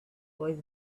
voice